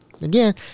again